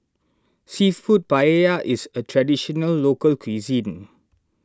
Seafood Paella is a Traditional Local Cuisine